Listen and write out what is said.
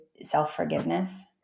self-forgiveness